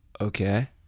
Okay